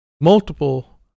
multiple